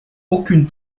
aucune